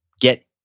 get